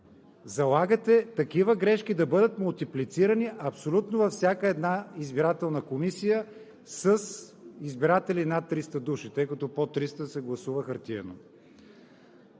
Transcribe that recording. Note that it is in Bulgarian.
залагате такива грешки да бъдат мултиплицирани абсолютно във всяка една избирателна комисия с избиратели над 300 души, тъй като под 300 се гласува хартиено.